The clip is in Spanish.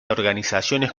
organizaciones